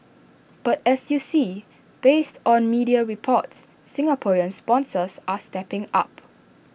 but as you see based on media reports Singaporean sponsors are stepping up